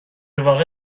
واقع